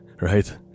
right